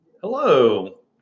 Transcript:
Hello